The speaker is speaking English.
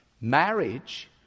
Marriage